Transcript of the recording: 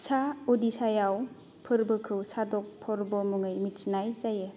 सा अडिशायाव फोरबोखौ चाडक पर्व मुङै मिथिनाय जायो